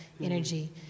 energy